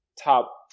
top